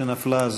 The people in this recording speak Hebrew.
שנפלה.